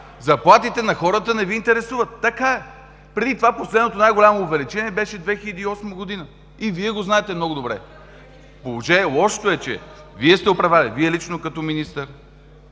заплатите на хората не Ви интересуват. Така е! Преди това последното най-голямо увеличение беше 2008 г. И Вие го знаете много добре! Лошото е, че Вие сте управлявали – Вие лично като министър,